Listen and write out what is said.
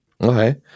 Okay